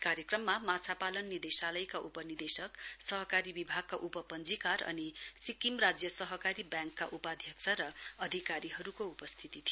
कार्यक्रममा माछा पालन निर्देशालयका उपनिर्देशक सहकारी विभागका उपपञ्जीकार अनि सिक्किम राज्य सहकारी ब्याङ्कका उपाध्यक्ष र अधिकारीहरूको उपस्थिति थियो